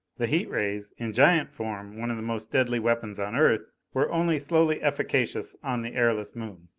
the heat-rays in giant form one of the most deadly weapons on earth were only slowly efficacious on the airless moon.